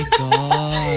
god